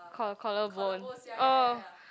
co~ collarbone uh